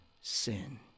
sin